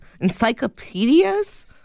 encyclopedias